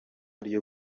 ryo